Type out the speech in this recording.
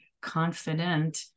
confident